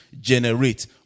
generate